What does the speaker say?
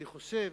אני חושב